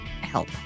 help